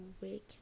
wake